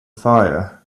fire